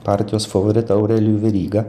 partijos favoritą aurelijų verygą